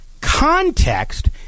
context